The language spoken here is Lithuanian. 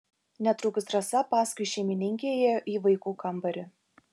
netrukus rasa paskui šeimininkę įėjo į vaikų kambarį